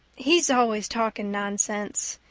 he's always talking nonsense.